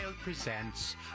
presents